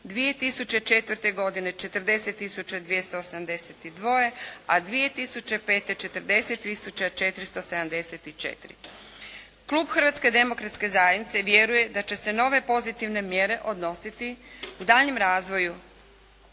2004. godine 40 tisuća 282, a 2005. 40 tisuća 474. Klub Hrvatske demokratske zajednice vjeruje da će se nove pozitivne mjere odnositi u daljnjem razvoju